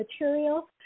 material